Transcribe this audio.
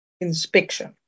inspection